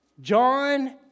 John